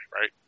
right